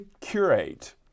Curate